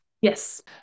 Yes